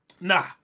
Nah